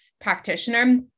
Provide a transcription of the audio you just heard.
practitioner